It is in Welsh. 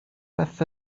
beth